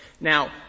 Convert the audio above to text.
Now